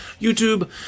YouTube